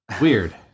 Weird